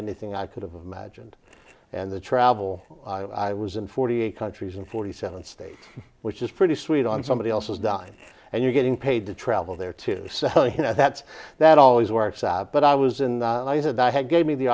anything i could have imagined and the travel i was in forty eight countries and forty seven states which is pretty sweet on somebody else's dime and you're getting paid to travel there to say you know that's that always works out but i was in and i had i had gave me the